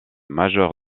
majeur